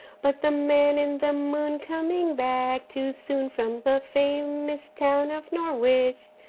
but the man in the moon, coming back too soon from the famous town of norwich,